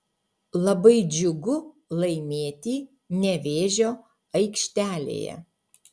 labai džiugu laimėti nevėžio aikštelėje